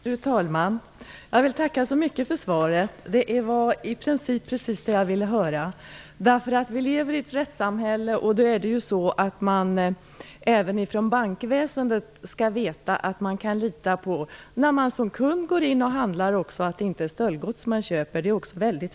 Fru talman! Jag vill tacka så mycket för svaret. Det var i princip precis det jag ville höra. Vi lever i ett rättssamhälle, och då skall man veta att man kan lita på bankväsendet när man som kund kommer in för att handla. Det är mycket väsentligt att man kan lita på att det inte är stöldgods man köper.